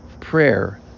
prayer